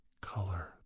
color